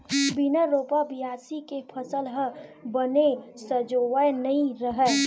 बिन रोपा, बियासी के फसल ह बने सजोवय नइ रहय